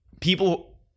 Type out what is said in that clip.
people